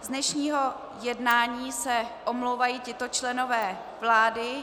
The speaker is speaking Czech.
Z dnešního jednání se omlouvají tito členové vlády.